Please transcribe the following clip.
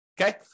Okay